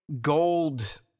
gold